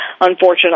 unfortunately